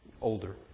older